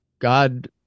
God